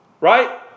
Right